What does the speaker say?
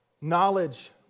Knowledge